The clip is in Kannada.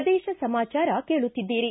ಪ್ರದೇಶ ಸಮಾಚಾರ ಕೇಳುತ್ತಿದ್ದೀರಿ